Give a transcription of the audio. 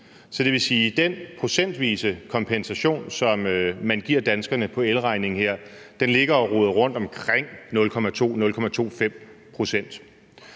at den procentvise kompensation, som man her giver danskerne på elregningen, ligger og roder rundt omkring 0,2 og 0,25 pct.